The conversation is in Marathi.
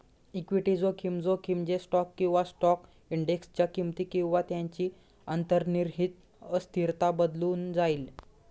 इक्विटी जोखीम, जोखीम जे स्टॉक किंवा स्टॉक इंडेक्सच्या किमती किंवा त्यांची अंतर्निहित अस्थिरता बदलून जाईल